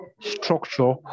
structure